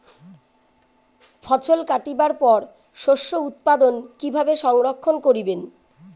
ফছল কাটিবার পর শস্য উৎপাদন কিভাবে সংরক্ষণ করিবেন?